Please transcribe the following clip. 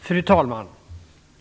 Fru talman!